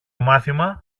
μάθημα